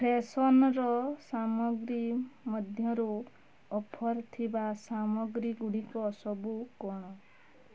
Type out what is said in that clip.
freshener ସାମଗ୍ରୀ ମଧ୍ୟରୁ offer ଥିବା ସାମଗ୍ରୀଗୁଡ଼ିକ ସବୁ କଣ